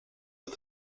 but